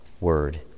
word